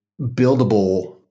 buildable